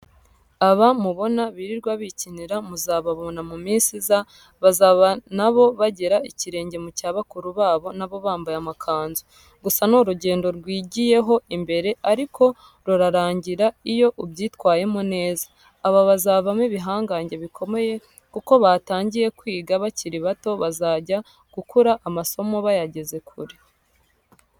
Aba mubona birirwa bikinira muzababona mu minsi iza bazaba na bo bagera ikirenge mu cya bakuru babo na bo bambaye amakanzu. Gusa ni urugendo rwigiyeho imbere ariko rurarangira iyo ubyitwayemo neza. Aba bazavamo ibihangage bikomeye kuko batangiye kwiga bakiri bato bazajya gukura amasomo bayageze kure.